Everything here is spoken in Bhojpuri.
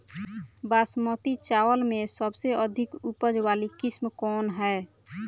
बासमती चावल में सबसे अधिक उपज वाली किस्म कौन है?